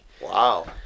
Wow